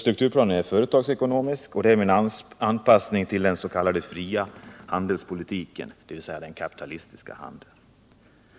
Strukturplanen är företagsekonomisk och därmed anpassad till den s.k. fria handelspolitiken, dvs. den kapitalistiska handeln,